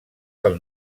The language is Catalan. del